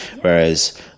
Whereas